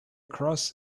cross